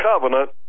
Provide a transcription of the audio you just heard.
covenant